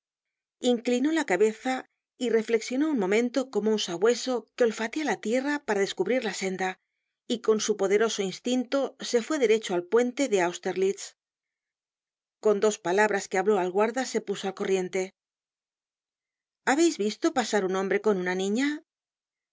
inclinó la cabeza y reflexionó un momento como un sabueso que olfatea la tierra para descubrir la senda y con su poderoso instinto se fué derecho al puente de austerlitz con dos palabras que habló al guarda se puso al corriente habeis visto pasar un hombre con una niña le